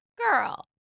girl